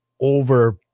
over